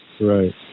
Right